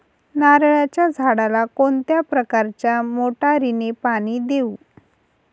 नारळाच्या झाडाला कोणत्या प्रकारच्या मोटारीने पाणी देऊ?